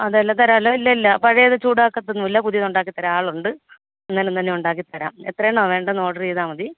അതെലോ തരാലോ ഇല്ലില്ല പഴയത് ചൂടാക്കത്തൊന്നും ഇല്ല പുതിയത് ഉണ്ടാക്കി തരാം ആളുണ്ട് അന്നേരം തന്നെ ഉണ്ടാക്കി തരാം എത്രണ്ണമാണ് വേണ്ടതെന്ന് ഓർഡർ ചെയ്താൽ മതി